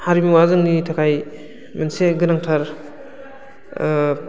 हारिमुआ जोंनि थाखाय मोनसे गोनांथार